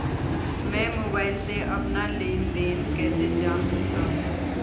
मैं मोबाइल से अपना लेन लेन देन कैसे जान सकता हूँ?